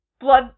Blood